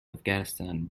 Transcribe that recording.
afghanistan